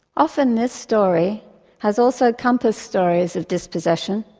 often, this story has also compassed stories of dispossession,